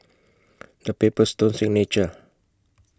The Paper Stone Signature